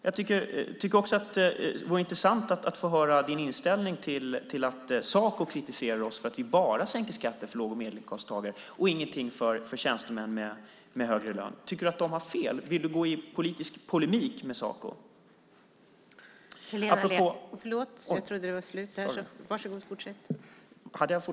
Jag tycker också att det vore intressant att höra din inställning till att Saco kritiserar oss för att vi bara sänker skatter för låg och medelinkomsttagare och ingenting för tjänstemän med högre lön. Tycker du att de har fel? Vill du gå i politisk polemik med Saco?